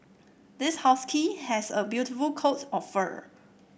this husky has a beautiful coat of fur